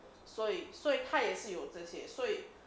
所以所以他也是有这些所以